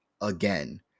again